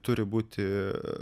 turi būti